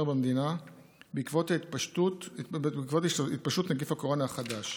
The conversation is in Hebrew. במדינה בעקבות התפשטות נגיף קורונה החדש.